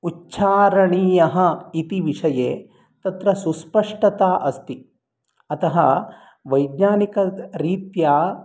उच्चारणीयः इति विषये तत्र सुस्पष्टता अस्ति अतः वैज्ञानिकरीत्या